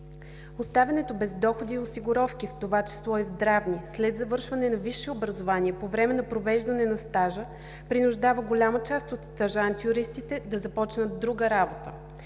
Оставянето без доходи и осигуровки, в точа число и здравни, след завършване на висше образование по време на провеждане на стажа принуждава голяма част от стажант-юристите да започнат друга работа,